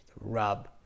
rub